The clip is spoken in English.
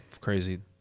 crazy